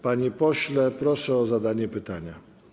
Panie pośle, proszę o zadanie pytania.